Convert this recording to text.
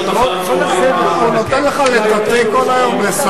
בשעות אחר-הצהריים האולי יותר מאוחרות,